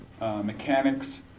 mechanics